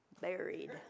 buried